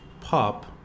pop